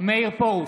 מאיר פרוש,